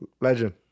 Legend